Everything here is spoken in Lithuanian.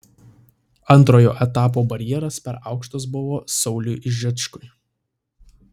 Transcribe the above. antrojo etapo barjeras per aukštas buvo sauliui žičkui